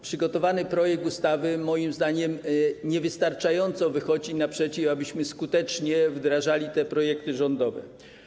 Przygotowany projekt ustawy moim zdaniem niewystarczająco wychodzi naprzeciw temu, abyśmy skutecznie wrażali te projekty rządowe.